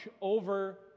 over